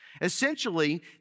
Essentially